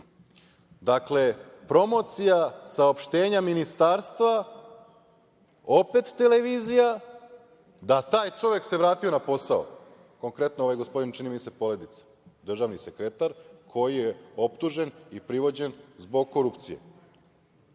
dakle, promocija saopštenja Ministarstva, opet televizija, da taj čovek se vratio na posao, konkretno ovaj gospodin, čini mi se, Poledica, državni sekretar koji je optužen i privođen zbog korupcije. Da